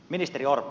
ministeri orpo